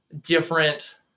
different